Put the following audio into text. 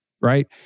right